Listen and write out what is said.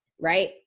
right